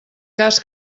cas